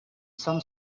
some